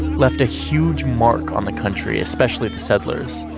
left a huge mark on the country, especially the settlers.